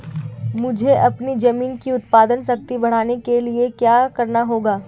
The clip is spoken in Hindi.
मुझे अपनी ज़मीन की उत्पादन शक्ति बढ़ाने के लिए क्या करना होगा?